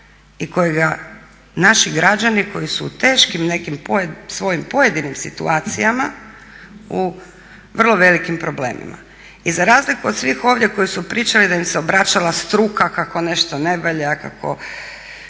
i kojega naši građani koji su u teškim nekim svojim pojedinim situacijama u vrlo velikim problemima. I za razliku od svih ovdje koji su pričali da im se obraćala struka kako nešto ne valja, i